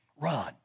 run